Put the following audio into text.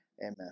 Amen